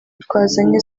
twazanye